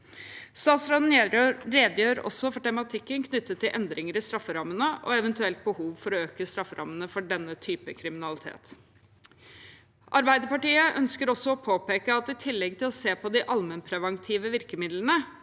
Statsråden redegjør i brevet sitt også for tematikken knyttet til endringer i strafferammene og et eventuelt behov for å øke strafferammene for denne typen kriminalitet. Arbeiderpartiet ønsker å påpeke at det i tillegg til å se på de allmennpreventive virkemidlene